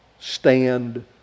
stand